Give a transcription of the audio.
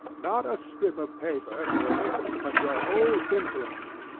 not a strip of paper merely, but your whole influence.